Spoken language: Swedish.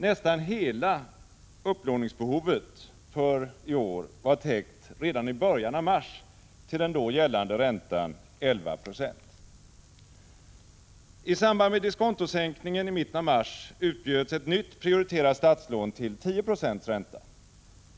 Nästan hela upplåningsbehovet för 1986 var täckt redan i början av mars, till den då gällande räntan 11 96. I samband med diskontosänkningen i mitten av mars utbjöds ett nytt prioriterat statslån till 10 92 ränta.